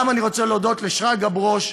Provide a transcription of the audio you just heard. אני גם רוצה להודות לשרגא ברוש,